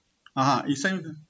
(uh huh) you send